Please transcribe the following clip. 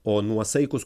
o nuosaikūs